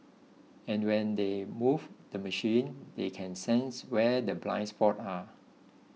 and when they move the machine they can sense where the blind spots are